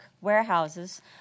warehouses